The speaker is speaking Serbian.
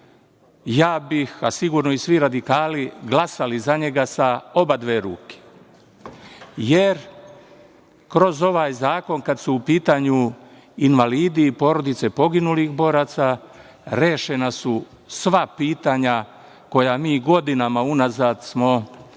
ja bih, a sigurno i svi radikali glasali za njega sa obadve ruke jer kroz ovaj zakon kada su u pitanju invalidi i porodice poginulih boraca rešena su sva pitanja koja mi godinama unazad smo